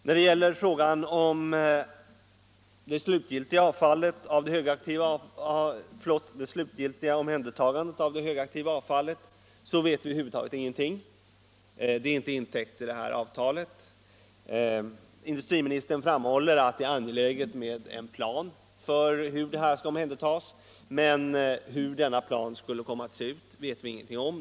När det gäller frågan om det slutgiltiga omhändertagandet av det högaktiva avfallet vet vi över huvud taget ingenting. Det är inte intäckt i det här avtalet. Industriministern framhåller att det är angeläget med en plan för hur avfallet skall omhändertas, men hur denna plan skulle komma att se ut vet vi ingenting om.